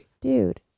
Dude